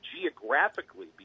geographically